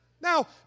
Now